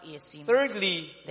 Thirdly